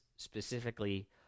specifically